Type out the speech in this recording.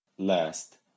Last